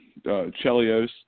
Chelios